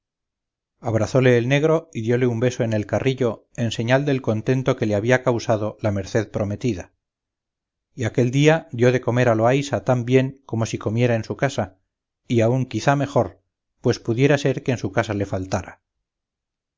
abrazóle el negro y diole un beso en el carrillo en señal del contento que le había causado la merced prometida y aquel día dio de comer a loaysa tan bien como si comiera en su casa y aun quizá mejor pues pudiera ser que en su casa le faltara